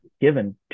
given